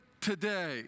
today